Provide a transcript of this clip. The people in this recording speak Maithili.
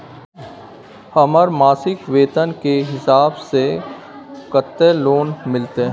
हमर मासिक वेतन के हिसाब स कत्ते लोन मिलते?